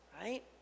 right